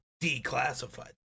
declassified